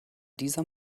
dieser